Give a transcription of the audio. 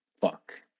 Fuck